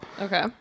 Okay